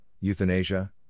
euthanasia